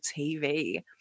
TV